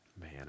Man